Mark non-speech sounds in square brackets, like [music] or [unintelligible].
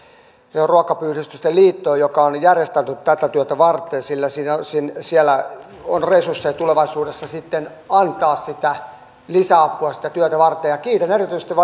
ruoka apuyhdistysten liittoon joka on järjestäytynyt tätä työtä varten sillä siellä on resursseja tulevaisuudessa sitten antaa lisäapua sitä työtä varten ja kiitän erityisesti [unintelligible]